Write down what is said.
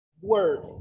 word